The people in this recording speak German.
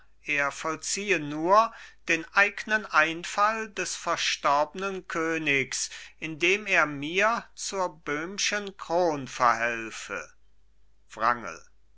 er vollziehe nur den eignen einfall des verstorbnen königs indem er mir zur böhmschen kron verhelfe wrangel